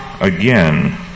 again